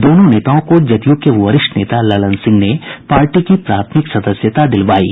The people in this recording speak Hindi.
दोनों नेताओं को जदयू के वरिष्ठ नेता ललन सिंह ने पार्टी की प्राथमिक सदस्यता दिलवायी